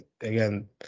again